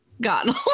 gotten